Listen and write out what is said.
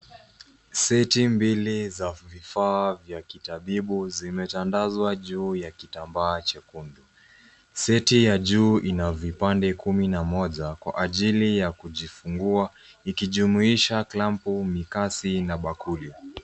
Seti mbili za vifaa vya kitabibu zimetandazwa juu ya kitambaa chekundu. Seti ya juu ina vipande kumi na moja kwa ajili ya kujifungua ikijumuisha klampu, mikasi na bakuli.